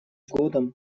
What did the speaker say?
годом